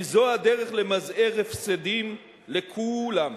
כי זו הדרך למזער הפסדים לכולם.